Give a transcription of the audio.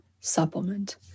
supplement